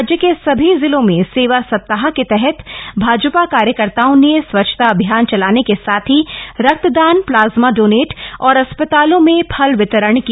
राज्य के सभी जिलों में सेवा सप्ताह के तहत भाजपा कार्यकर्ताओं ने स्वच्छता अभियान चलाने के साथ ही रक्तदान प्लाज्मा डोनेट और अस्पतालों में फल वितरण किया